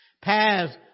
Paths